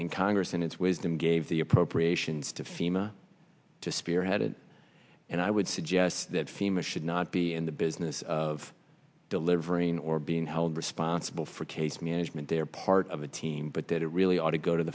and congress in its wisdom gave the appropriations to fema to spearhead it and i would suggest that fema should not be in the business of delivering or being held responsible for case management they are part of a team but that it really ought to go to